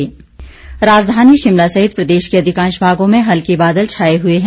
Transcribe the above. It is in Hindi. मौसम राजधानी शिमला सहित प्रदेश के अधिकांश भागों में हल्के बादल छाए हुए हैं